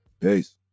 peace